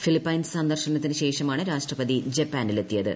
Philippines സന്ദർശനത്തിന് ശേഷമാണ് രാഷ്ട്രപതി ജപ്പാനിലെത്തിയത്